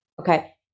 Okay